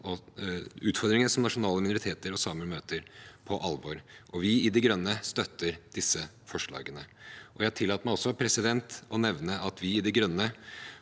tar utfordringene som nasjonale minoriteter og samer møter, på alvor, og vi i De Grønne støtter disse forslagene. Jeg tillater meg også å nevne at vi i De Grønne